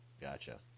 Gotcha